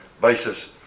basis